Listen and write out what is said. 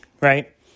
right